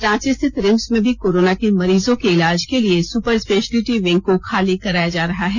रांची स्थित रिम्स में भी कोरोना के मरीजों के इलाज के लिए सुपर स्पेशलिटी विंग को खाली कराया जा रहा है